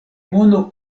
mono